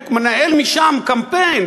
הוא מנהל משם קמפיין,